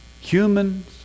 Humans